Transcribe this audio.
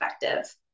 effective